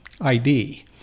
ID